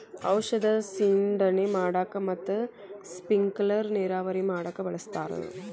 ಔಷದ ಸಿಂಡಣೆ ಮಾಡಾಕ ಮತ್ತ ಸ್ಪಿಂಕಲರ್ ನೇರಾವರಿ ಮಾಡಾಕ ಬಳಸ್ತಾರ